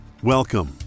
Welcome